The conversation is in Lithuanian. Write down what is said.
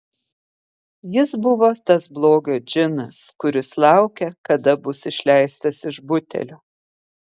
jis buvo tas blogio džinas kuris laukia kada bus išleistas iš butelio